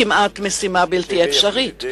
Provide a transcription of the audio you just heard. כמעט משימה בלתי אפשרית.